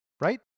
Right